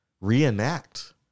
reenact